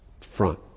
front